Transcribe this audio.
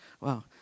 Wow